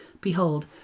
behold